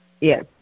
yes